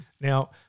Now